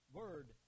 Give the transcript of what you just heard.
word